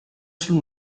sul